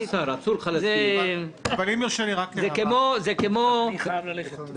אני חייב ללכת.